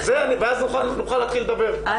ואז נוכל להתחיל לדבר.